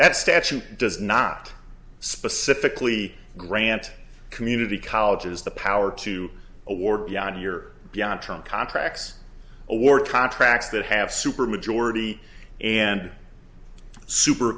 that statute does not specifically grant community colleges the power to award your term contracts or contracts that have super majority and super